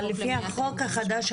אבל לפי החוק החדש,